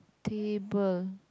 table